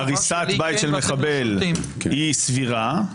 שהריסת בית של מחבל היא סבירה,